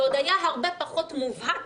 זה עוד היה הרבה פחות מובהק